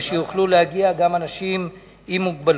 ושיוכלו להגיע גם אנשים עם מוגבלות.